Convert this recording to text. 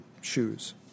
shoes